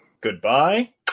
Goodbye